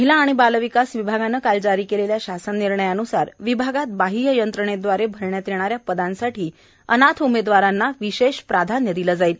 महिला आणि बालविकास विभागाने काल जारी केलेल्या शासन निर्णयानुसार विभागात बाह्य यंत्रणेदवारे भरण्यात येणाऱ्या पदांसाठी अनाथ उमेदवारांना विशेष प्राधान्य दिले जाणार आहे